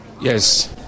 Yes